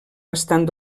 bastant